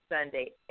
Sunday